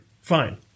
Fine